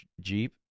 Jeep